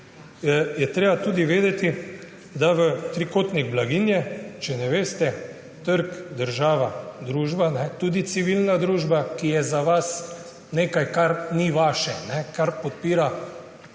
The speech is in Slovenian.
je treba vedeti, da v trikotnik blaginje, če ne veste, [spadajo] trg, država, družba, tudi civilna družba, ki je za vas nekaj, kar ni vaše, kar podpira to